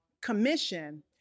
commission